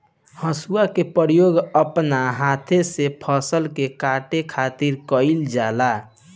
हसुआ के प्रयोग अपना हाथ से फसल के काटे खातिर कईल जाला